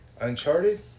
Uncharted